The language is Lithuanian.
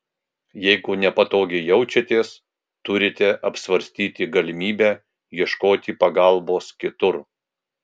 jeigu nepatogiai jaučiatės turite apsvarstyti galimybę ieškoti pagalbos kitur